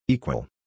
Equal